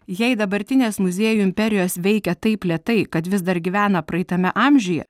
jei dabartinės muziejų imperijos veikia taip lėtai kad vis dar gyvena praeitame amžiuje